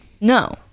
No